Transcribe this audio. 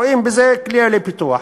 רואים בזה כלי לפיתוח.